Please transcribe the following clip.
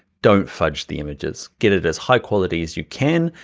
don't fudge the images. get it as high quality as you can,